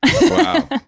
Wow